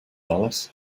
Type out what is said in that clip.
alice